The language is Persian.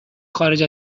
خارج